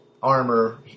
Armor